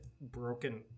Broken